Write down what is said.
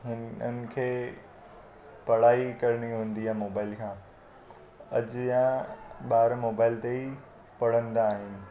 हिन हिननि खे पढ़ाई करणी हूंदी आहे मोबाइल खां अॼु या ॿार मोबाइल ते ई पढ़ंदा आहिनि